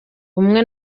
bumwe